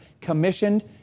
commissioned